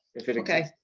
if it exits.